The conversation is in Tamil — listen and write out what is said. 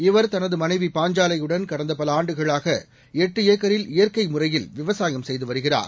இவர் தனது மனைவி பாஞ்சாலையுடன் கடந்த பல ஆண்டுகளாக எட்டு ஏக்கரில் இயற்கை முறையில் விவசாயம் செய்து வருகிறார்